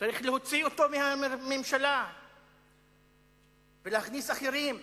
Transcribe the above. צריך להוציא אותו מהממשלה ולהכניס אחרים.